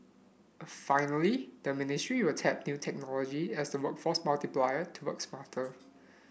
finally the ministry will tap new technology as a workforce multiplier to work smarter